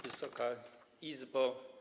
Wysoka Izbo!